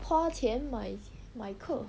花钱买买课